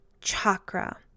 chakra